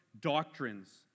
doctrines